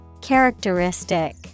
Characteristic